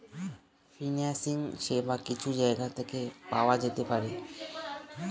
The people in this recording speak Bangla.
ফিন্যান্সিং সেবা কিছু জায়গা থেকে পাওয়া যেতে পারে